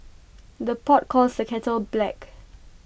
the pot calls the kettle black